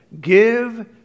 Give